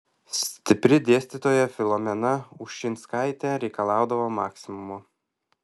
stipri dėstytoja filomena ušinskaitė reikalaudavo maksimumo